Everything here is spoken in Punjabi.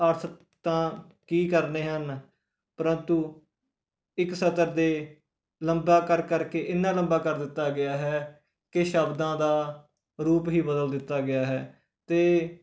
ਅਰਥ ਤਾਂ ਕੀ ਕਰਨੇ ਹਨ ਪ੍ਰੰਤੂ ਇੱਕ ਸਤਰ ਦੇ ਲੰਬਾ ਕਰ ਕਰਕੇ ਇੰਨਾ ਲੰਬਾ ਕਰ ਦਿੱਤਾ ਗਿਆ ਹੈ ਕਿ ਸ਼ਬਦਾਂ ਦਾ ਰੂਪ ਹੀ ਬਦਲ ਦਿੱਤਾ ਗਿਆ ਹੈ ਅਤੇ